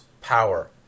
power